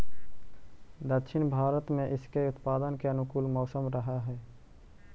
दक्षिण भारत में इसके उत्पादन के अनुकूल मौसम रहअ हई